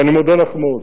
ואני מודה לך מאוד.